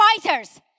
fighters